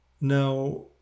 Now